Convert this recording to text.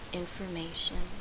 information